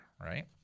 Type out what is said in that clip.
right